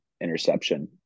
interception